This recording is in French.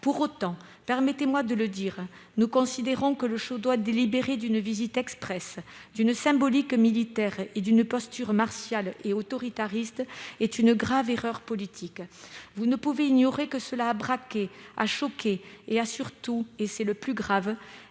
Pour autant, nous considérons que le choix délibéré d'une visite express, à la symbolique militaire et à la posture martiale et autoritariste, est une grave erreur politique. « Vous ne pouvez ignorer que cela a braqué, a choqué et surtout- c'est là le plus grave